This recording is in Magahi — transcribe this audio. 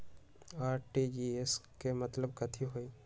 आर.टी.जी.एस के मतलब कथी होइ?